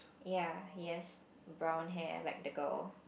ya he has brown hair like the girl